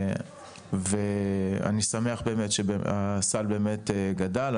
אני שמח שהסל באמת גדל,